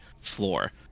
floor